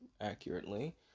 accurately